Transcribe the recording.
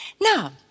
Now